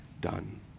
done